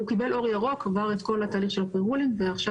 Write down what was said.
הוא עבר את כל התהליך של הפרה רולינג ועכשיו